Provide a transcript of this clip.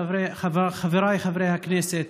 חבריי חברי הכנסת,